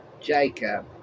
Jacob